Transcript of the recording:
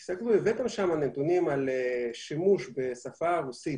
תסתכלו, הבאתם נתונים על שימוש בשפה הרוסית,